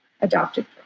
adopted